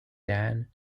dan